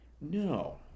no